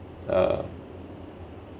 uh